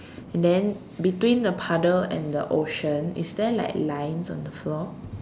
and then between the puddle and the ocean is there like lines on the floor